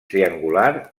triangular